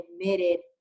admitted